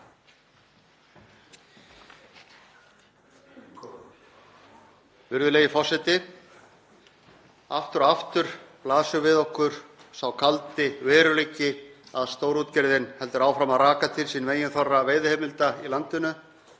Virðulegi forseti. Aftur og aftur blasir við okkur sá kaldi veruleiki að stórútgerðin heldur áfram að raka til sín meginþorra veiðiheimilda í landinu